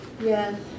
Yes